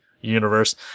universe